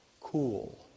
cool